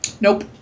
Nope